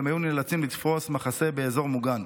והם היו נאלצים לתפוס מחסה באזור מוגן.